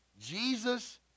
Jesus